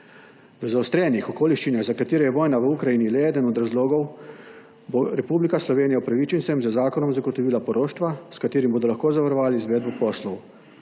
V zaostrenih okoliščinah, za katere je vojna v Ukrajini le eden od razlogov, bo Republika Slovenija upravičencem z zakonom zagotovila poroštva, s katerim bodo lahko zavarovali izvedbo poslov.